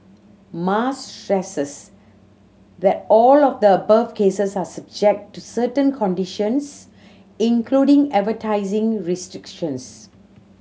Mas stresses that all of the above cases are subject to certain conditions including advertising restrictions